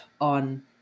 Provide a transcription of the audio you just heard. on